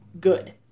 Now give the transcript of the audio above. good